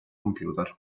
computer